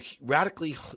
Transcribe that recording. radically